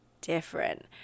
different